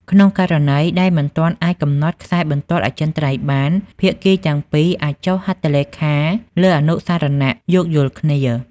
ក្នុងករណីដែលមិនទាន់អាចកំណត់ខ្សែបន្ទាត់អចិន្ត្រៃយ៍បាន ភាគីទាំងពីរអាចចុះហត្ថលេខាលើអនុស្សរណៈយោគយល់គ្នា ។